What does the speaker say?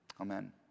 Amen